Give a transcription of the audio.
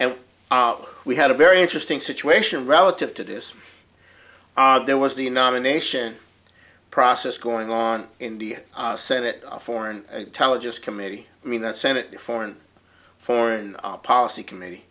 and we had a very interesting situation relative to this there was the nomination process going on in the senate foreign intelligence committee i mean that senate foreign foreign policy committee